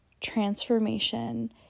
transformation